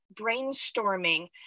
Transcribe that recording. brainstorming